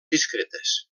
discretes